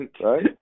Right